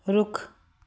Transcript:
ਰੁੱਖ